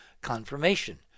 confirmation